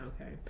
okay